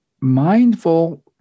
mindful